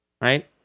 right